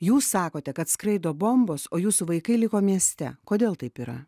jūs sakote kad skraido bombos o jūsų vaikai liko mieste kodėl taip yra